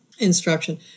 instruction